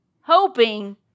Hoping